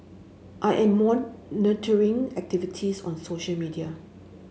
I am monitoring activities on social media